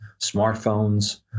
smartphones